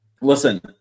listen